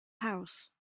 house